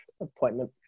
appointment